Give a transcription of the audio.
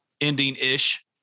ending-ish